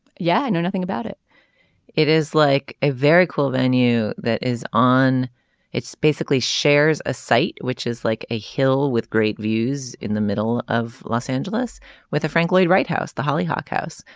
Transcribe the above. yeah i know nothing about it it is like a very cool venue that is on its basically shares a site which is like a hill with great views in the middle of los angeles with a frank lloyd wright house the holly hawk house.